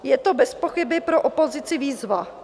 Je to bezpochyby pro opozici výzva.